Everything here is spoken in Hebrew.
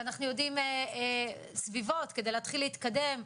ואנחנו יודעים סביבות כדי להתחיל להתקדם,